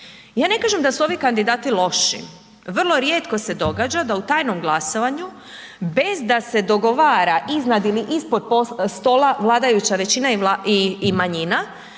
Ja ne kažem da su ovi kandidati loši, vrlo rijetko se događa da u tjanom glasovanju bez da se dogovara iznad ili ispod stola vladajuća većina i manjina